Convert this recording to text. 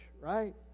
right